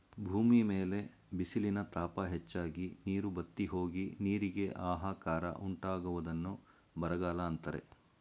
ಭೂಮಿ ಮೇಲೆ ಬಿಸಿಲಿನ ತಾಪ ಹೆಚ್ಚಾಗಿ, ನೀರು ಬತ್ತಿಹೋಗಿ, ನೀರಿಗೆ ಆಹಾಕಾರ ಉಂಟಾಗುವುದನ್ನು ಬರಗಾಲ ಅಂತರೆ